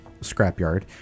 scrapyard